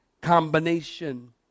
combination